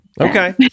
Okay